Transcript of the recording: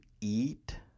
eat